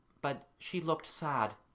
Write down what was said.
but she looked sad,